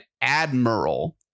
admiral